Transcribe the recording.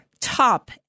top